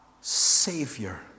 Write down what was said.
Savior